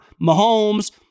Mahomes